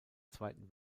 zweiten